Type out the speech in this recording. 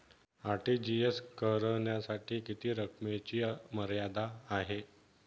RTGS करण्यासाठी किती रकमेची मर्यादा आहे?